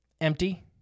empty